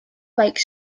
like